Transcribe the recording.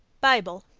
bible.